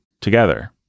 together